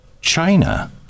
China